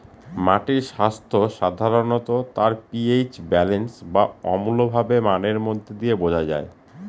মাটির স্বাস্থ্য সাধারনত তার পি.এইচ ব্যালেন্স বা অম্লভাব মানের মধ্যে দিয়ে বোঝা যায়